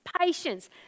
patience